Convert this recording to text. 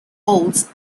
oaths